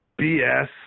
BS